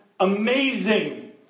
amazing